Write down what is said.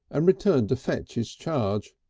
and returned to fetch his charge.